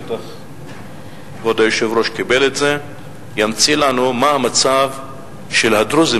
בטח כבוד היושב-ראש קיבל את הזה מה המצב של הדרוזים,